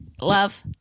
Love